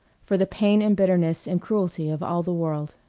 for the pain and bitterness and cruelty of all the world.